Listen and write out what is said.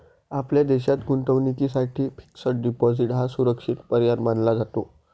आपल्या देशात गुंतवणुकीसाठी फिक्स्ड डिपॉजिट हा सुरक्षित पर्याय मानला जातो